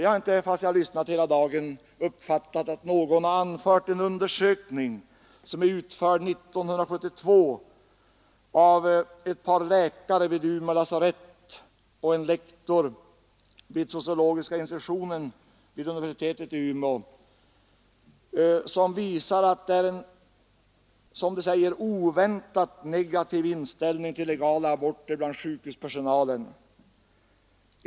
Jag har inte, fastän jag har lyssnat till debatten hela dagen, uppfattat att någon har anfört någonting om en undersökning som är utförd 1972 av ett par läkare vid Umeå lasarett och en lektor vid sociologiska institutionen vid universitetet i Umeå. Undersökningen visar, som det sägs, en oväntat negativ inställning till legala aborter bland sjukhuspersonalen.